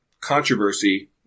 controversy